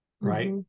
right